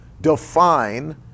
define